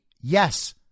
yes